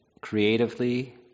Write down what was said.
creatively